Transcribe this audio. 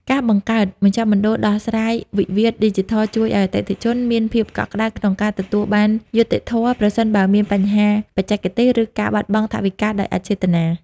ការបង្កើត មជ្ឈមណ្ឌលដោះស្រាយវិវាទឌីជីថល ជួយឱ្យអតិថិជនមានភាពកក់ក្ដៅក្នុងការទទួលបានយុត្តិធម៌ ប្រសិនបើមានបញ្ហាបច្ចេកទេស ឬការបាត់បង់ថវិកាដោយអចេតនា។